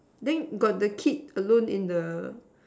then got the kid alone in the